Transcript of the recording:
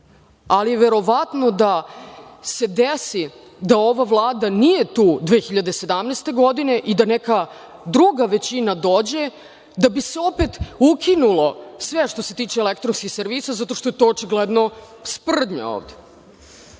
Ali, verovatno da se desi da ova Vlada nije tu 2017. godine i da neka druga većina dođe, da bi se opet ukinulo sve što se tiče elektronskih servisa, zato što je to očigledno sprdnja ovde.